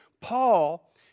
Paul